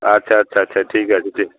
আচ্ছা আচ্ছা আচ্ছা ঠিক